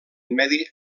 medi